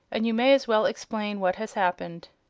and you may as well explain what has happened.